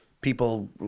people